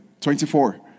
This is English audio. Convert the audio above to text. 24